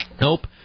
Nope